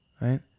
Right